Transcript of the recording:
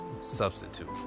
substitute